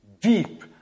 Deep